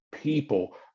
people